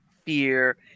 fear